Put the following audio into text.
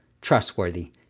trustworthy